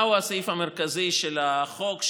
מהו הסעיף המרכזי של החוק,